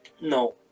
No